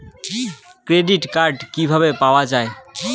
Credit card কিভাবে পাওয়া য়ায়?